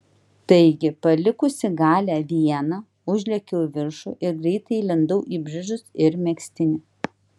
taigi palikusi galią vieną užlėkiau į viršų ir greitai įlindau į bridžus ir megztinį